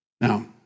Now